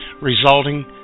resulting